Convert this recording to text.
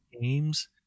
games